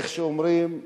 איך אומרים?